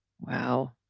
Wow